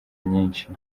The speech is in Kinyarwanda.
myinshi